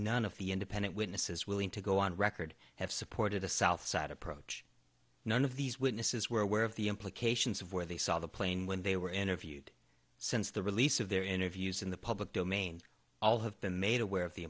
none of the independent witnesses willing to go on record have supported the south side approach none of these witnesses were aware of the implications of where they saw the plane when they were interviewed since the release of their interviews in the public domain all have been made aware of the